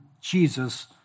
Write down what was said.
Jesus